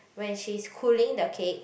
when she's cooling the cake